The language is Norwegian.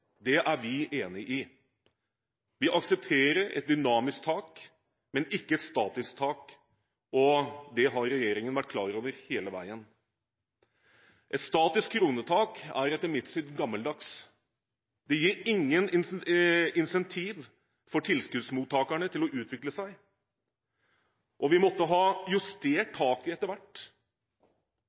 Det er vi enig i. Vi aksepterer et dynamisk tak, men ikke et statisk tak, og det har regjeringen vært klar over hele veien. Et statisk kronetak er etter mitt syn gammeldags. Det gir ingen incentiv for tilskuddsmottakerne til å utvikle seg, og vi måtte ha justert taket etter hvert. Derimot vil et dynamisk tak i